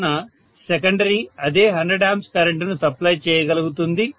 కావున సెకండరీ అదే 100A కరెంటును సప్లై చేయగలుగుతుంది